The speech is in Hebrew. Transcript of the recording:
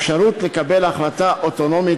כדי שתהיה לו האפשרות לקבל החלטה אוטונומית